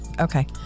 Okay